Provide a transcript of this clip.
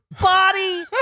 body